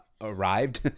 arrived